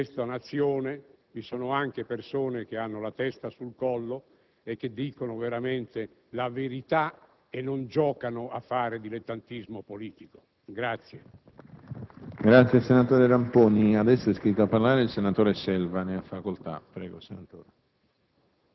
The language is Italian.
Non si vergognano di affermare, di chiamare disturbo la presenza degli americani. Non si vergognano di questa ingratitudine. Ma avrei voluto vedere - la collega Pisa se ne è andata - in quali condizioni avreste vissuto se aveste fatto parte di quella